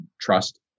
trust